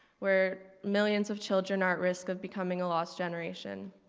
where millions of children are at risk of becoming a lost generation.